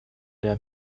der